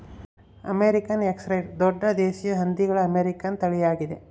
American Yorkshire ದೊಡ್ಡ ದೇಶೀಯ ಹಂದಿಗಳ ಅಮೇರಿಕನ್ ತಳಿಯಾಗಿದೆ